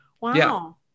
wow